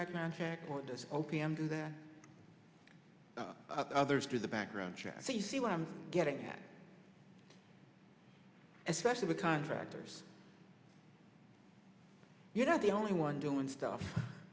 background check or disk o p m do that others do the background check so you see what i'm getting at especially the contractors you know the only one doing stuff